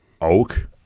Oak